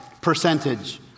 percentage